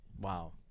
Wow